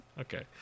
Okay